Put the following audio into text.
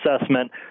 assessment